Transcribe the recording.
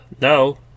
no